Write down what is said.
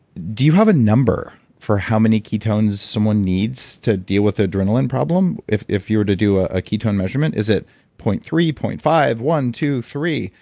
do you have a number for how many ketones someone needs to deal with adrenaline problem, if if you were to do a ketone measurement? is it point three, point five, one two, three?